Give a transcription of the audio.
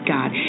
God